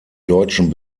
deutschen